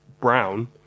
brown